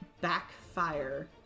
backfire